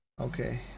Okay